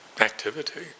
activity